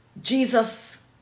Jesus